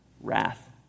wrath